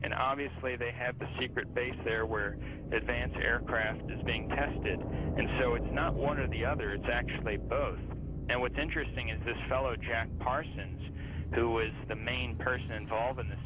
and obviously they have the secret base there where that fancy aircraft is being tested and so it's not one of the other it's actually both and what's interesting is this fellow jack parsons who is the main person solving the